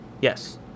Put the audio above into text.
Yes